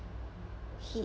he~